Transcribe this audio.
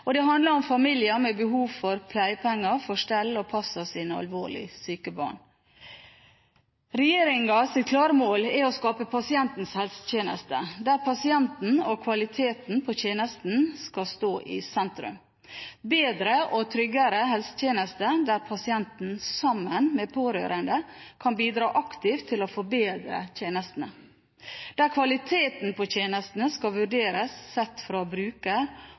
Og det handler om familier med behov for pleiepenger for stell og pass av sine alvorlig syke barn. Regjeringens klare mål er å skape pasientens helsetjeneste, der pasienten og kvaliteten på tjenesten skal stå i sentrum: Bedre og tryggere helsetjenester der pasientene sammen med pårørende kan bidra aktivt til å forbedre tjenestene, og der kvaliteten på tjenestene skal vurderes sett fra brukers og pårørendes perspektiv. Pårørende til en bruker